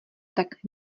tak